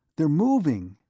they're moving!